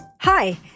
Hi